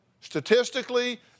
Statistically